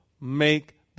make